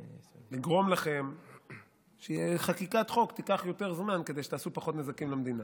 לגרום לכם שחקיקת חוק תיקח יותר זמן כדי שתעשו פחות נזקים למדינה.